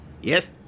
Yes